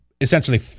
essentially